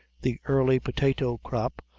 the early potato crop,